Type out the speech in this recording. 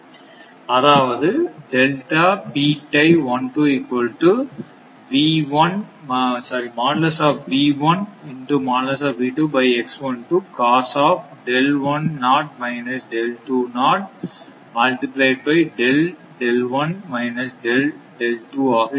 அதாவது ஆக இருக்கும்